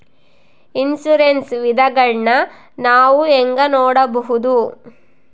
Insurance ವಿಧಗಳನ್ನ ನಾನು ಹೆಂಗ ನೋಡಬಹುದು?